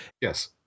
Yes